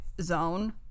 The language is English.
zone